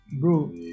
Bro